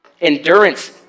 Endurance